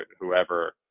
whoever